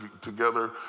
together